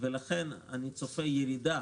לכן אני צופה ירידה